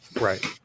Right